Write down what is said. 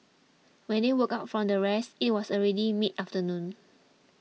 when they woke up from their rest it was already mid afternoon